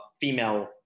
female